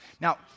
Now